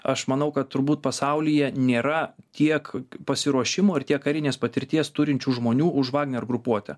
aš manau kad turbūt pasaulyje nėra tiek pasiruošimo ir tiek karinės patirties turinčių žmonių už vagner grupuotę